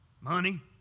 Money